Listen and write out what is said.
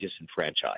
disenfranchised